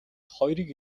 хоёрыг